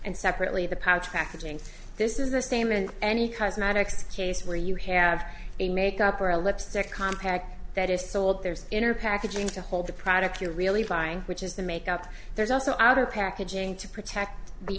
and separately the pouch packaging this is the same in any cosmetics case where you have a make up or a lipstick compact that is sold there's inner packaging to hold the product you really find which is the makeup there's also other packaging to protect the